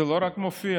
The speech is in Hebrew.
זה לא רק מופיע,